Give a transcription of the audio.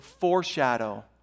foreshadow